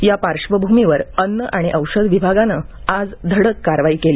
या पार्श्वभूमीवर अन्न आणि औषध विभागाने आज धडक कारवाई केली